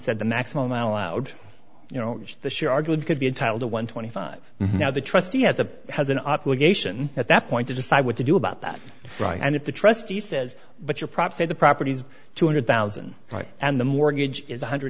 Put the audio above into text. said the maximum amount allowed you know the show are good could be entitled to one twenty five now the trustee has a has an obligation at that point to decide what to do about that right and if the trustee says but your prop said the property is two hundred thousand right and the mortgage is one hundred